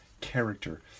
character